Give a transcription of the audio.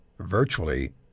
virtually